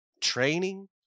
training